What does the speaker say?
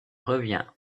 revient